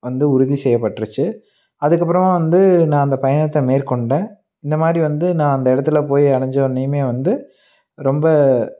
வந்து உறுதி செய்யப்பட்டிருச்சு அதுக்கு அப்புறமா வந்து நான் அந்த பயணத்தை மேற்கொண்டேன் இந்த மாதிரி வந்து நான் அந்த இடத்துல போய் அடைஞ்ச உடனேமே வந்து ரொம்ப